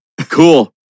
Cool